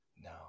No